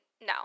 no